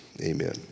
Amen